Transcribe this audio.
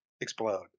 explode